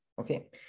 okay